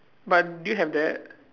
but do you have that